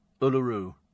Uluru